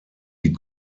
die